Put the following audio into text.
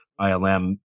ilm